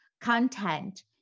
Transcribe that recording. content